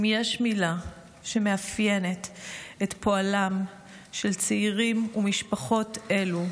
אם יש מילה שמאפיינת את פועלם של צעירים ומשפחות אלו,